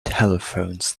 telephones